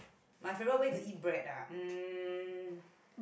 my favorite way to eat bread ah um